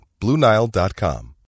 BlueNile.com